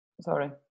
sorry